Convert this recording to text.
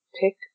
pick